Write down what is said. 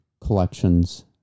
collections